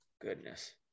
goodness